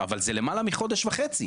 אבל זה למעלה מחודש וחצי.